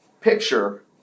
picture